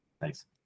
Thanks